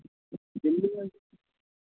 दिल्ली में